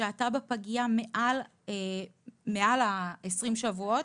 שהתה בפגייה מעל ה-20 שבועות,